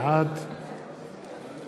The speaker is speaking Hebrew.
בעד